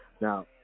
now